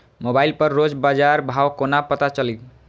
Mobile पर रोज बजार भाव कोना पता करि?